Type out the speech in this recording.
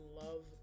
love